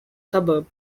suburb